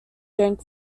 drank